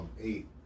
eight